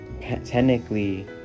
technically